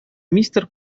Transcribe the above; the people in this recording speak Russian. мистер